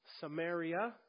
Samaria